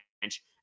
bench